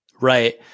Right